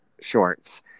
shorts